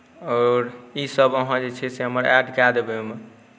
आओर ईसभ अहाँ जे छै से हमर ऐड कए देबै ओहिमे